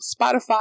Spotify